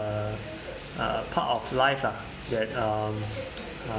uh a part of life lah that uh